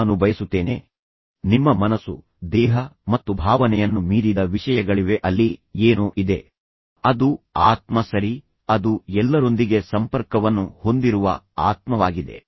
ಇದು ಉನ್ನತ ಮಟ್ಟದ ಭಾವನಾತ್ಮಕ ಬುದ್ಧಿವಂತಿಕೆಯಾಗಿದೆ ಅಲ್ಲಿ ನೀವು ಸಹ ಅದನ್ನು ಅರಿತುಕೊಳ್ಳುತ್ತೀರಿ ನಿಮ್ಮ ಮನಸ್ಸು ದೇಹ ಮತ್ತು ಭಾವನೆಯನ್ನು ಮೀರಿದ ವಿಷಯಗಳಿವೆ ಅಲ್ಲಿ ಏನೋ ಇದೆ ಅದು ಆತ್ಮ ಸರಿ ಅದು ಎಲ್ಲರೊಂದಿಗೆ ಸಂಪರ್ಕವನ್ನು ಹೊಂದಿರುವ ಆತ್ಮವಾಗಿದೆ